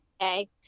Okay